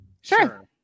Sure